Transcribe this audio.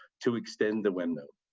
to extend the window.